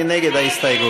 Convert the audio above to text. מי נגד ההסתייגות?